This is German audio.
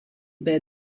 bei